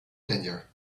danger